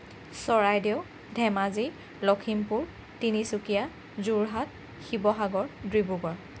Charaideo Dhemaji Lakhimpur Tinsukia Jorhat Sivasagar Dibrugarh